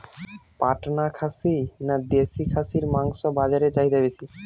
পাটনা খাসি না দেশী খাসির মাংস বাজারে চাহিদা বেশি?